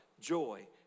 joy